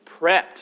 Prepped